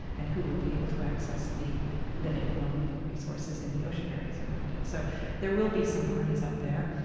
and who will be able to access the living and non-living resources in the ocean areas around it. so there will be some barneys up there.